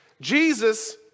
Jesus